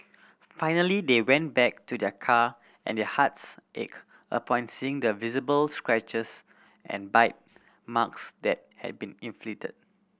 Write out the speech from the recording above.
finally they went back to their car and their hearts ached upon seeing the visible scratches and bite marks that had been inflicted